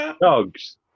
Dogs